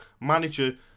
manager